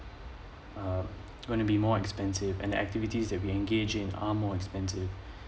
uh gonna be more expensive and activities that we engage in are more expensive